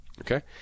okay